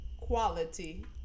quality